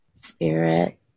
spirit